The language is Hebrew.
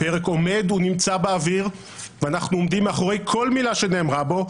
הפרק עומד ונמצא באוויר ואנחנו עומדים מאחורי כל מילה שנאמרה בו.